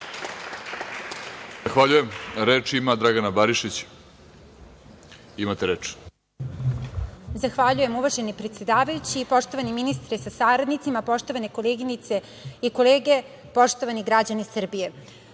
Zahvaljujem. Reč ima Dragana Barišić. **Dragana Barišić** Zahvaljujem. Uvaženi predsedavajući, poštovani ministre sa saradnicima, poštovane koleginice i kolege, poštovani građani Srbije,